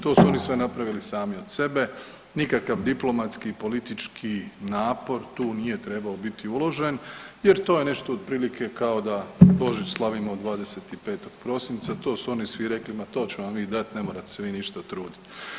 To su oni sve napravili sami od sebe, nikakav diplomatski i politički napor tu nije trebao biti uložen jer to je nešto otprilike kao da Božić slavimo 25. prosinca, to su oni svi rekli ma to ćemo mi dat ne morate se vi ništa trudit.